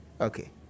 Okay